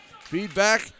Feedback